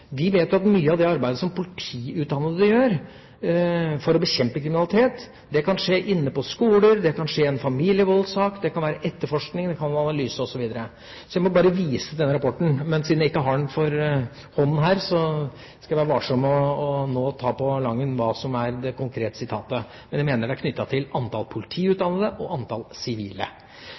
Vi vet at mye av det arbeidet som politiutdannede gjør for å bekjempe kriminalitet, kan skje på skoler, det kan skje i forbindelse med en familievoldssak, det kan være etterforskning og det kan være analyse osv. Jeg må bare vise til den rapporten, men siden jeg ikke har den hånden her, skal jeg være varsom med nå å ta på sparket hva som er det konkrete sitatet. Men jeg mener det er knyttet til antall politiutdannede og antall sivile.